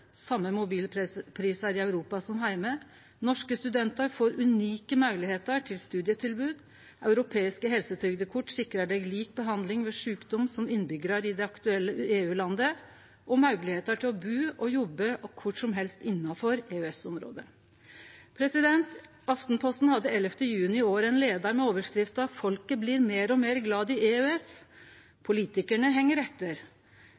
same mobilprisar i Europa som heime, norske studentar får unike moglegheiter til studietilbod, Europeisk helsetrygdkort sikrar deg same behandling ved sjukdom som innbyggjarar i det aktuelle EU-landet og moglegheiter til å bu og jobbe kvar som helst innanfor EØS-området. Aftenposten hadde 11. juni i år ein leiar med overskrifta «Folket blir mer og mer glad i EØS. Politikerne henger etter».